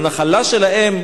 הנחלה שלהם,